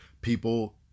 people